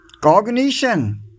cognition